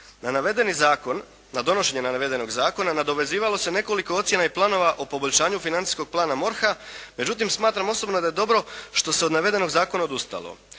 na donošenje navedenog zakona nadovezivalo se nekoliko ocjena i planova o poboljšanju financijskog plana MORH-a. Međutim, smatram osobno da je dobro što se od navedenog zakona odustalo.